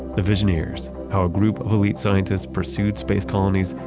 the visioneers how a group of elite scientists pursued space colonies,